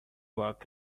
work